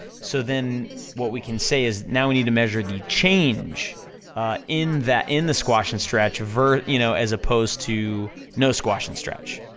so then, what we can say is, now we need to measure the change in that, in the squash and stretch, you know, as opposed to no squash and stretch.